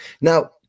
Now